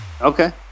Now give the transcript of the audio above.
okay